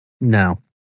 No